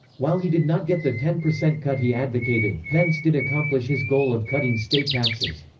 while he did not get the ten percent cut he advocated, pence did accomplish his goal of cutting state taxes.